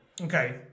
Okay